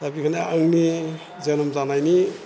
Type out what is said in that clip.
दा बेखायनो आंनि जोनोम जानायनि